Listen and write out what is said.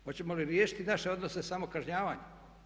Hoćemo li riješiti naše odnose samo kažnjavanjem?